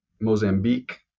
Mozambique